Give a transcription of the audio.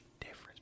difference